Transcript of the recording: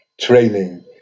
training